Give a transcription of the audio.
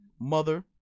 Mother